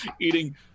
eating